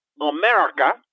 America